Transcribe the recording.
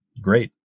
great